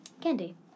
candy